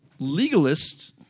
legalists